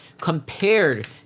Compared